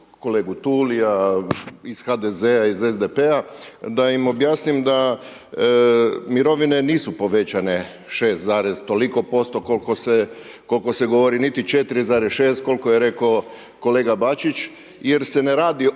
kolegu Tulija iz HDZ-a, iz SDP-a, da im objasnim da mirovine nisu povećane 6, toliko posto, koliko se govori niti 4,6 koliko je rekao kolega Bačić, jer se ne radi